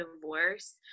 divorce